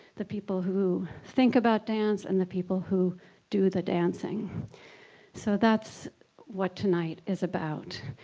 the people who think about dance, and the people who do the dancing so that's what tonight is about.